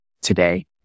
today